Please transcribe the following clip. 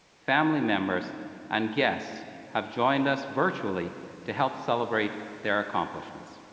family members and guests have joined us virtually to help celebrate their accomplishments.